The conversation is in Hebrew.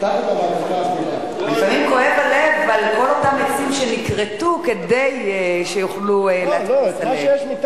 לפעמים כואב הלב על כל אותם עצים שנכרתו כדי שיוכלו להדפיס עליהם.